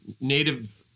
native